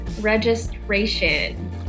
registration